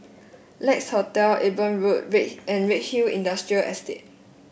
Lex Hotel Eben Road and Redhill Industrial Estate